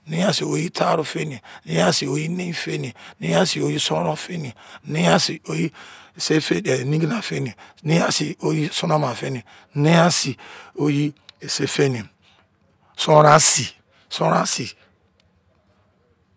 Nein a sii oyi taaru-feni, nein a sii nein-feni, nein a sii oyi sonron-feni, nein s sii oyi-sindiye-feni, nein a sii oyi-sonoma-feni, nein a sii oyin-nigina-feni, nein a sii oyi-ise-feni, sonron a sii. sonron a sii.